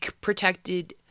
protected